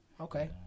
Okay